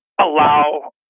allow